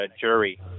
Jury